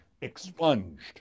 expunged